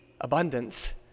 abundance